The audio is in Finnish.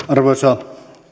arvoisa